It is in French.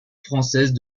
françaises